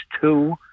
two